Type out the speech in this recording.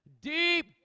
Deep